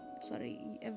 sorry